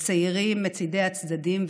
וצעירים בצדדים.